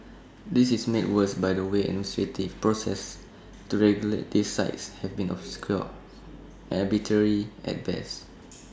this is made worse by the way administrative processes to regulate these sites have been obscure arbitrary at best